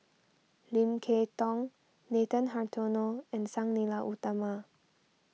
Lim Kay Tong Nathan Hartono and Sang Nila Utama